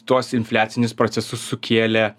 tuos infliacinius procesus sukėlė